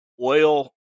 oil